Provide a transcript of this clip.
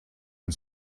and